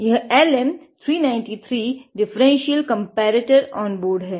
यह LM 393 differential comparator onboard है